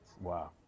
Wow